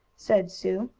said sue.